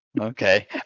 okay